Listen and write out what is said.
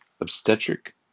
Obstetric